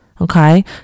okay